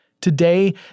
Today